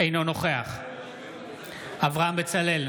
אינו נוכח אברהם בצלאל,